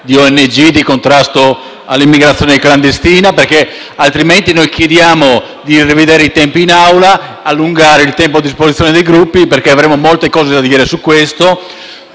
di ONG, di contrasto all'immigrazione clandestina. In questo caso, chiediamo di rivedere i tempi di discussione e allungare il tempo a disposizione dei Gruppi, perché avremmo molte cose da dire su questo